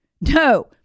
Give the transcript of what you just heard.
No